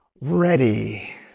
ready